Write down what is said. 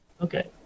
okay